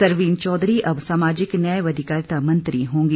सरवीण चौधरी अब सामाजिक न्याय व अधिकारिता मंत्री होंगी